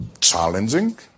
challenging